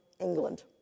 England